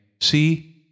See